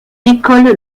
décolle